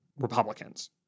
Republicans